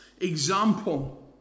example